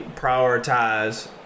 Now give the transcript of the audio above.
prioritize